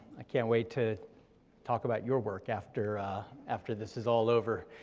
i can't wait to talk about your work after after this is all over.